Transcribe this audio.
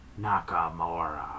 Nakamura